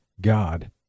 God